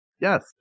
Yes